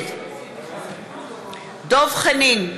נגד דב חנין,